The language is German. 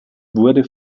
wurde